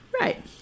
Right